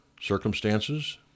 circumstances